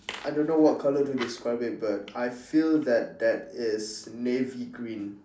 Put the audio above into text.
I don't know what colour to describe it but I feel that that is navy green